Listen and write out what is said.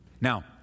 Now